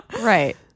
right